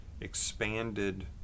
expanded